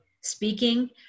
speaking